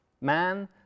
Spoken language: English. Man